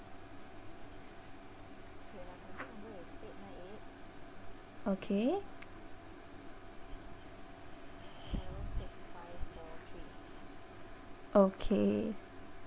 okay okay